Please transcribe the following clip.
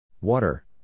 Water